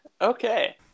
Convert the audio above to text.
okay